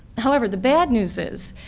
however, the bad news is,